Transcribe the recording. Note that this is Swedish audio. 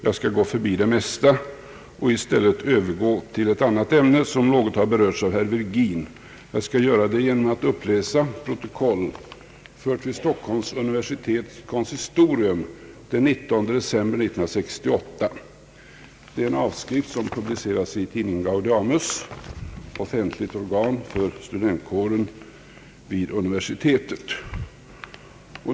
Jag skall gå förbi det mesta och i stället övergå till ett annat ämne som något berörts av herr Virgin. Jag skall göra det genom att uppläsa ett protokoll, fört vid Stockholms universitets konsistorium den 19 december 1968. Det har publicerats i tidningen Gaudeamus, officiellt organ för studenkåren vid universitetet.